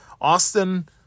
Austin